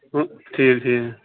ٹھیٖک ٹھیٖک